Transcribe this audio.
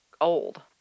old